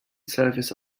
service